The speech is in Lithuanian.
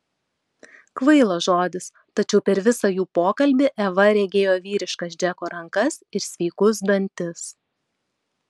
kvailas žodis tačiau per visą jų pokalbį eva regėjo vyriškas džeko rankas ir sveikus dantis